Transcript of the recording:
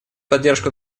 поддержку